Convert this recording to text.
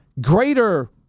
greater